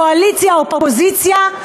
קואליציה או אופוזיציה,